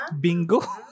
Bingo